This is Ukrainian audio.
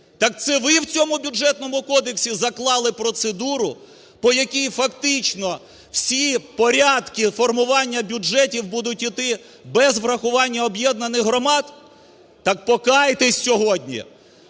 Так це ви в цьому Бюджетному кодексі заклали процедуру, по якій фактично всі порядки формування бюджетів будуть йти без врахування об'єднаних громад? Так покайтеся сьогодні.